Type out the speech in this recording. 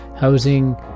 Housing